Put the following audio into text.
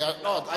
לא,